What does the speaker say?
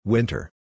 Winter